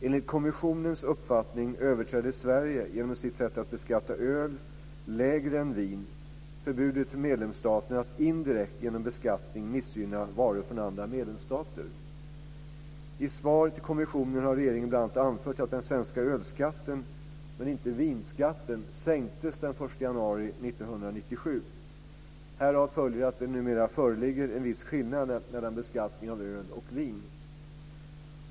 Enligt kommissionens uppfattning överträder Sverige, genom sitt sätt att beskatta öl lägre än vin, förbudet för medlemsstaterna att indirekt genom beskattning missgynna varor från andra medlemsstater. I svar till kommissionen har regeringen bl.a. anfört att den svenska ölskatten, men inte vinskatten, sänktes den 1 januari 1997. Härav följer att det numera föreligger en viss skillnad mellan beskattningen av öl och vin.